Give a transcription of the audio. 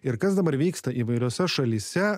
ir kas dabar vyksta įvairiose šalyse